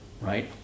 right